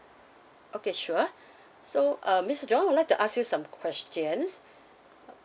okay sure so uh mister john would like to ask you some questions